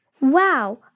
Wow